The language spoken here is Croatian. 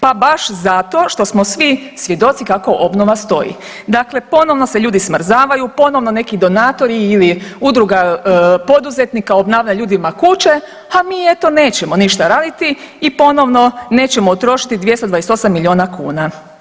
Pa baš zato što smo svjedoci kako obnova stoji, dakle ponovno se ljudi smrzavaju, ponovno neki donatori ili Udruga poduzetnika obnavlja ljudima kuće, ha mi eto nećemo ništa raditi i ponovno nećemo utrošiti 228 milijuna kuna.